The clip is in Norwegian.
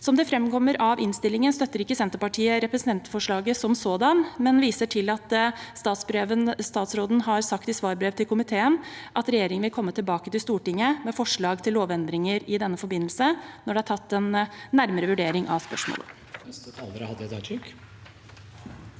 Som det framkommer av innstillingen, støtter ikke Senterpartiet representantforslaget som sådant, men viser til at statsråden har sagt i svarbrevet til komiteen at regjeringen vil komme tilbake til Stortinget med forslag til lovendringer i denne forbindelse når det er gjort en nærmere vurdering av spørsmålet.